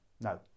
no